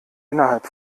innerhalb